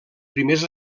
primers